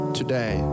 today